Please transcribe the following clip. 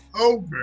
over